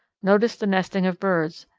notice the nesting of birds,